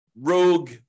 rogue